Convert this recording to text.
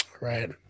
Right